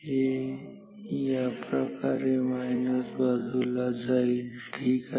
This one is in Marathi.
हे याप्रकारे मायनस बाजूला जाईल ठीक आहे